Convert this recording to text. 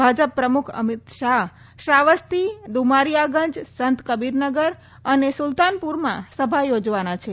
ભાજપ પ્રમુખ અમીત શાહ શ્રાવસ્તી દુમારિયાગંજ સંત કબીરનગર અને સુલતાનપુરમાં સભા યોજવાના છે